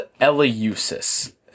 Eleusis